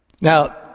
Now